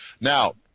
Now